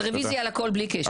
אבל רביזיה על הכול בלי קשר.